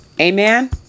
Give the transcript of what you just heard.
Amen